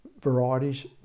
varieties